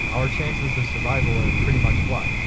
our chances of survival are pretty much, what?